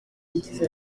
yagize